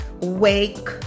Wake